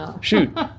Shoot